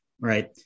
Right